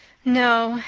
no,